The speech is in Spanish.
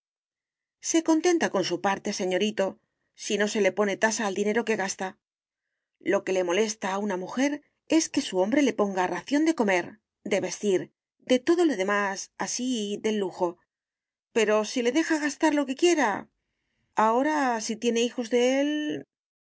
se contenta con su parte señorito si no se le pone tasa al dinero que gasta lo que le molesta a una mujer es que su hombre le ponga a ración de comer de vestir de todo lo demás así del lujo pero si le deja gastar lo que quiera ahora si tiene hijos de él